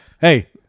Hey